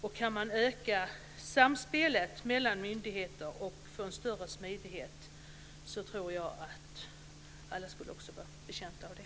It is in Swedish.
Om man kunde öka samspelet mellan myndigheter och få en större smidighet tror jag att alla skulle vara betjänta av det.